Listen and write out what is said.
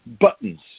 buttons